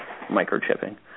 microchipping